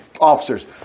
officers